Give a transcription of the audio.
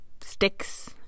sticks